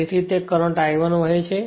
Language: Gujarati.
તેથી તે જ કરંટ I1 વહે છે